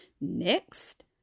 Next